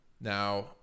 Now